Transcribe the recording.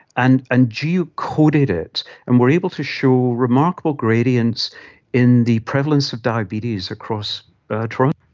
and and geocoded it and were able to show remarkable gradients in the prevalence of diabetes across toronto